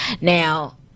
now